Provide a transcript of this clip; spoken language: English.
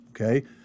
okay